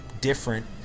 different